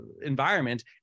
environment